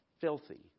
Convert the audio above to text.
filthy